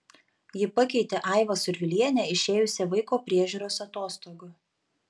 ji pakeitė aivą survilienę išėjusią vaiko priežiūros atostogų